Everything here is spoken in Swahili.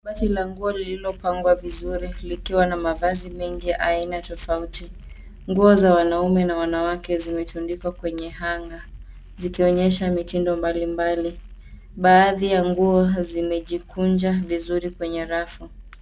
Kabati la nguo lililopangwa vizuri likiwa na mavazi mengi ya aina tofauti. Nguo za wanaume na wanawake zimetundikwa kwenye hanger zikionyesha mitindo mbalimbali. Baadhi ya nguo zimejikunja vizuri kwenye rafu.